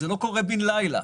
זה לא קורה בן לילה.